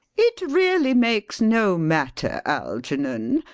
it really makes no matter, algernon.